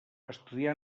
estudià